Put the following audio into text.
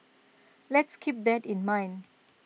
let's keep that in mind